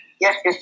Yes